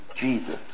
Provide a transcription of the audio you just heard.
Jesus